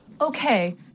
Okay